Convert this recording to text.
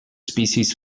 species